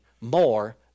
more